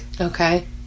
Okay